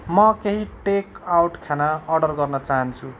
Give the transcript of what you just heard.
म केही टेकआउट खाना अर्डर गर्न चाहन्छु